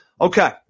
Okay